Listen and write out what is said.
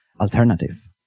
alternative